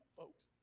folks